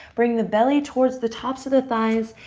bring the belly towards the tops of the thighs,